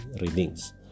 readings